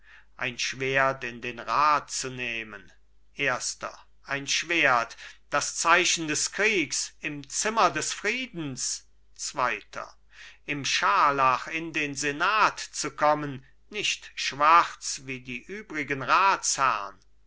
ein schwert in den rat zu nehmen erster ein schwert das zeichen des kriegs im zimmer des friedens zweiter im scharlach in den senat zu kommen nicht schwarz wie die übrigen